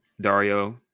Dario